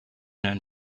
known